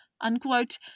unquote